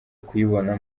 kuyibona